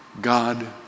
God